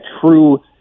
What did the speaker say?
true